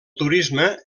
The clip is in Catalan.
turisme